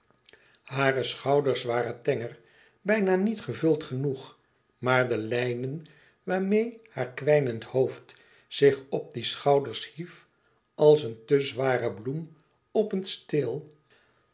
hare schouders waren tenger bijna niet gevuld genoeg maar de lijnen waarmeê haar kwijnend hoofd zich op die schouders hief als een te zware bloem op een steel